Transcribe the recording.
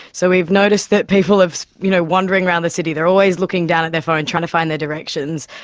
so we've noticed that people have, you know wandering around the city, they're always looking down at their phone, trying to find their directions.